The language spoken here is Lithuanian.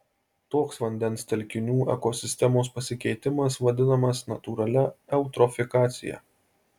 toks vandens telkinių ekosistemos pasikeitimas vadinamas natūralia eutrofikacija